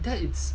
that is